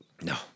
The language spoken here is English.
No